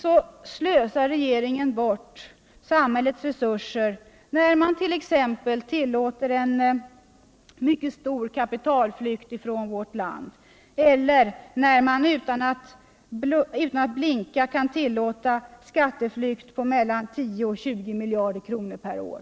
Samtidigt slösar regeringen bort samhällets resurser när den t.ex. tillåter en mycket stor kapitalflykt från vårt land eller när den utan att blinka kan tillåta skatteflykt på mellan 10 och 20 miljarder kronor per år.